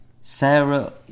Sarah